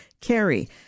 carry